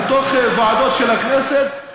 בוועדות של הכנסת,